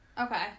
Okay